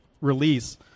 release